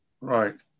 Right